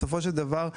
בסופו של דבר,